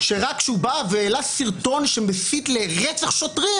כשרק כשהוא בא והעלה סרטון שמסית לרצח שוטרים